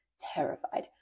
terrified